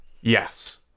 Yes